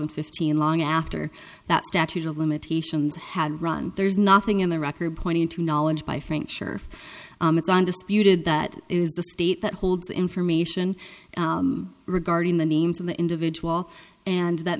and fifteen long after that statute of limitations had run there is nothing in the record pointing to knowledge by frank sure it's undisputed that it is the state that holds the information regarding the names of the individual and that